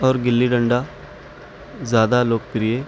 اور گلی ڈنڈا زیادہ لوک پریہ